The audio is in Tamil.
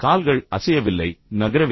கால்கள் அசையவில்லை நகரவில்லை